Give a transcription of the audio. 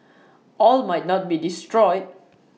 all might not be destroyed